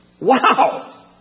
Wow